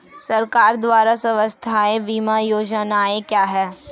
सरकार द्वारा स्वास्थ्य बीमा योजनाएं क्या हैं?